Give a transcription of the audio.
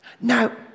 Now